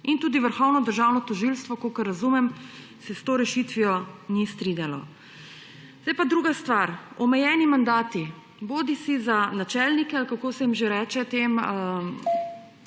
in tudi Vrhovno državno tožilstvo, kot razumem, se s to rešitvijo ni strinjalo. Sedaj pa druga stvar. Omejeni mandati, bodisi za načelnike ali kako se jim že reče,